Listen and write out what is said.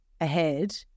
ahead